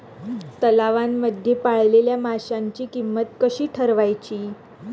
तलावांमध्ये पाळलेल्या माशांची किंमत कशी ठरवायची?